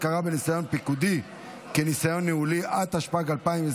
ההצבעה: בעד, 25,